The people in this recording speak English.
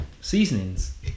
seasonings